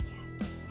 Yes